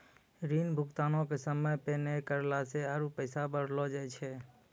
ऋण भुगतानो के समय पे नै करला से आरु पैसा बढ़लो जाय छै